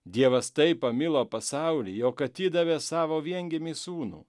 dievas taip pamilo pasaulį jog atidavė savo viengimį sūnų